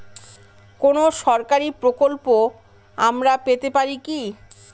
কোন সরকারি প্রকল্প আমরা পেতে পারি কি?